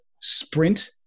sprint